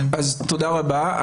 תודה רבה.